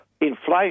Inflation